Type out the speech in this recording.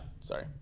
Sorry